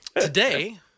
Today